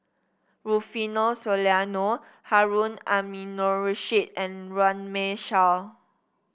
Rufino Soliano Harun Aminurrashid and Runme Shaw